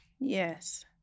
Yes